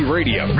Radio